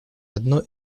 одно